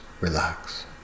Relax